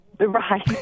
Right